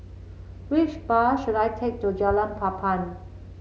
which bus should I take to Jalan Papan